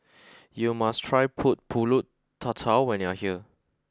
you must try put Pulut Tatal when you are here